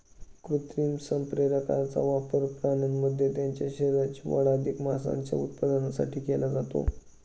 कृत्रिम संप्रेरकांचा वापर प्राण्यांमध्ये त्यांच्या शरीराची वाढ अधिक मांसाच्या उत्पादनासाठी केला जातो